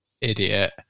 idiot